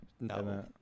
No